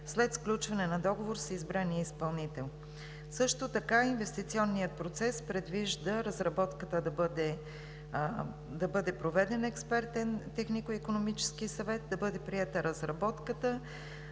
след сключване на договор с избрания изпълнител. Също така инвестиционният процес предвижда да бъде проведен експертен технико-икономически съвет, да бъде приета разработката,